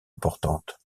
importante